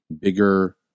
bigger